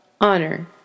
honor